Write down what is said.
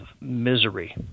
misery